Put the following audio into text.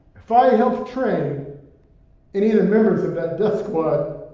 if i had helped train any of the members of that death squad.